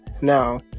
Now